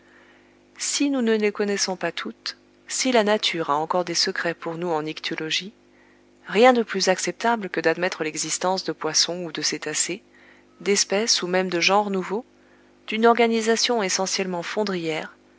si nous ne les connaissons pas toutes si la nature a encore des secrets pour nous en ichtyologie rien de plus acceptable que d'admettre l'existence de poissons ou de cétacés d'espèces ou même de genres nouveaux d'une organisation essentiellement